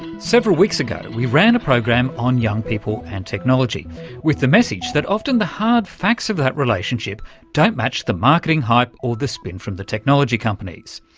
several weeks ago we ran a program on young people and technology with the message that often the hard facts of that relationship don't match the marketing hype or the spin from the technology companies.